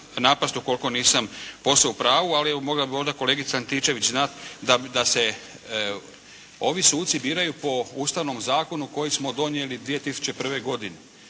napasti ukoliko nisam posve u pravu. Ali evo mogla bi možda kolegica Antičević znati da se ovi suci biraju po Ustavnom zakonu koji smo donijeli 2001. godine.